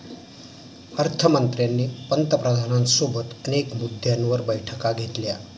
अर्थ मंत्र्यांनी पंतप्रधानांसोबत अनेक मुद्द्यांवर बैठका घेतल्या